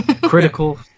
Critical